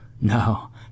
No